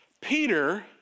Peter